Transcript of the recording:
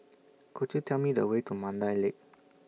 Could YOU Tell Me The Way to Mandai Lake